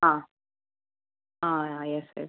ആ ആ ആ യെസ് യെസ്